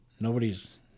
nobody's